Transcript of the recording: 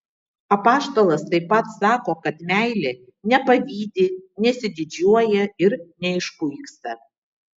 apaštalas taip pat sako kad meilė nepavydi nesididžiuoja ir neišpuiksta